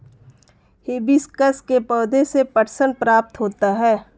hibiscus के पौधे से पटसन प्राप्त होता है